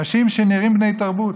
אנשים שנראים בני תרבות,